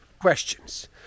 questions